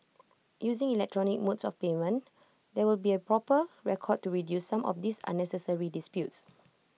using electronic modes of payment there will be A proper record to reduce some of these unnecessary disputes